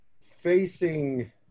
facing